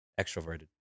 extroverted